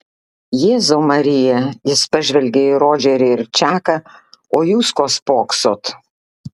jėzau marija jis pažvelgė į rodžerį ir čaką o jūs ko spoksot